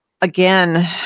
again